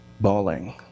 bawling